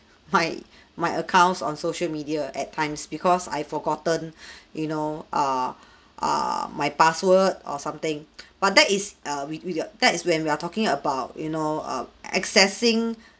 my my accounts on social media at times because I forgotten you know err err my password or something but that is err with with your that's when we are talking about you know err accessing